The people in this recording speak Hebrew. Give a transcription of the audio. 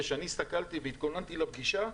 וכשאני התכוננתי לפגישה,